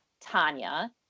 Tanya